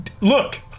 Look